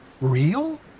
real